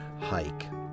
hike